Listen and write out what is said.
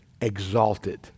exalted